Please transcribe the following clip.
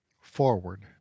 Forward